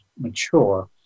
mature